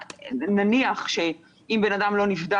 נניח אם בן אדם לא נבדק,